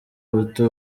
buto